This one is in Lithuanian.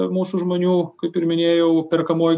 mūsų žmonių kaip ir minėjau perkamoji